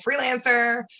freelancer